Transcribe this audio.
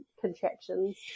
contractions